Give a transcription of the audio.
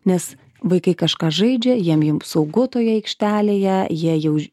nes vaikai kažką žaidžia jiem jiem saugu toje aikštelėje jie jau